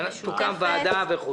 תוקם ועדה משותפת,